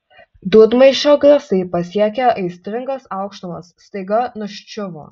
dūdmaišio garsai pasiekę aistringas aukštumas staiga nuščiuvo